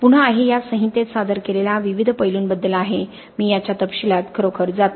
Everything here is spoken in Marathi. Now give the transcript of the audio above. पुन्हा हे या संहितेत सादर केलेल्या विविध पैलूंबद्दल आहे मी याच्या तपशीलात खरोखर जात नाही